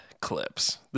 clips